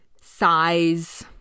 size